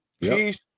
Peace